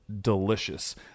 delicious